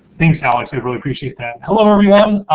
thanks alex. i really appreciate that. hello, everyone.